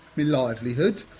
my livelihood,